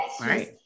right